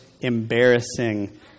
embarrassing